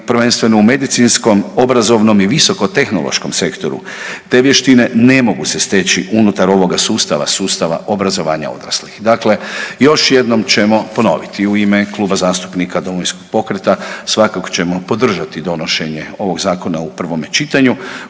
prvenstveno u medicinskom obrazovnom i visoko tehnološkom sektoru. Te vještine ne mogu se steći unutar ovoga sustava, sustava obrazovanja odraslih. Dakle, još jednom ćemo ponoviti u ime Kluba zastupnika Domovinskog pokreta svakako ćemo podržati donošenje ovog Zakona u prvome čitanju,